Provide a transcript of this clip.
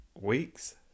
weeks